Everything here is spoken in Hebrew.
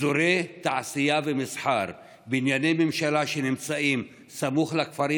אזורי תעשייה ומסחר ובנייני ממשלה שנמצאים סמוך לכפרים